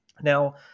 Now